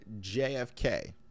JFK